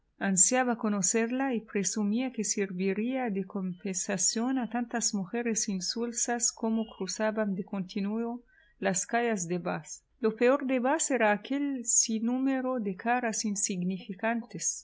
ansiaba conocerla y presumía que serviría de compensación a tantas mujeres insulsas como cruzaban de continuo las calles de bath lo peor de bath era aquel sinnúmero de caras insignificantes